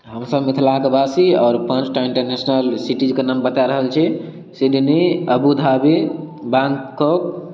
हमसब मिथिलाके बासी आओर पाँच टा इंटरनेशनल सिटीजके नाम बताय रहल छी सिडनी अबुधाबी बैंकॉक